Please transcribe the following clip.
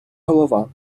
голова